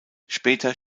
später